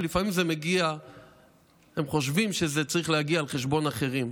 ולפעמים הם חושבים שזה צריך להגיע על חשבון אחרים,